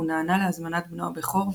הוא נענה להזמנת בנו הבכור,